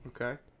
Okay